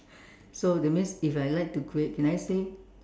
so that means if I like to create can I say